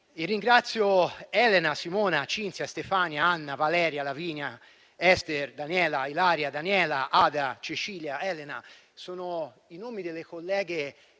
ringrazio Elena, Simona, Cinzia, Stefania, Anna, Valeria, Lavinia, Ester, Daniela, Ilaria, Daniela, Ada, Cecilia, Elena: sono i nomi delle colleghe